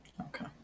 Okay